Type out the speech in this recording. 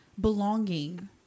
belonging